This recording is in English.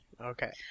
Okay